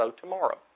tomorrow